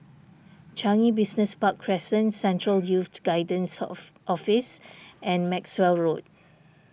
Changi Business Park Crescent Central Youth Guidance of Office and Maxwell Road